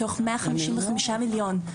מתוך מאה חמישים וחמישה מיליון,